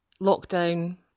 lockdown